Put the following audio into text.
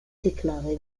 déclaré